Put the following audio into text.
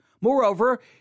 Moreover